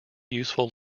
useful